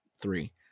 three